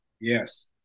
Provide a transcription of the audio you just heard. Yes